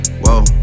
whoa